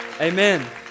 Amen